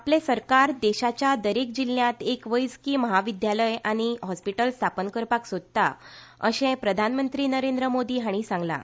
आपले सरकार देशाच्या दरेक जिल्ह्यांत एक वैद्यकीय महाविद्यालय आनी हॉस्पिटल स्थापन करपाक सोदता अशें प्रधानमंत्री नरेंद्र मोदी हांणी सांगलां